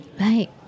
right